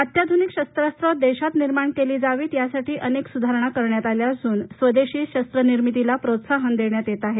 अत्याधुनिक शस्त्रास्त्रे देशात निर्माण केली जावीत यासाठी अनेक सुधारणा करण्यात आल्या असून स्वदेशी शस्त्रास्त्र निर्मितीला प्रोत्साहन देण्यात येत आहे